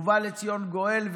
ובא לציון גואל,